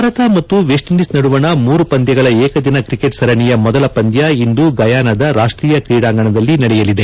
ಭಾರತ ಮತ್ತು West Indies ನಡುವಣ ಮೂರು ಪಂದ್ನಗಳ ಏಕದಿನ ಸರಣಿಯ ಮೊದಲ ಪಂದ್ನ ಇಂದು ಗಯಾನದ ರಾಷ್ಟೀಯ ಕ್ರೀಡಾಂಗಣದಲ್ಲಿ ನಡೆಯಲಿದೆ